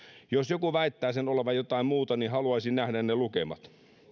jos joku väittää sen olevan jotain muuta niin haluaisin nähdä ne lukemat